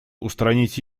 устранить